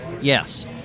Yes